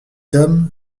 homme